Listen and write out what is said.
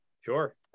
Sure